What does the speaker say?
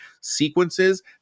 sequences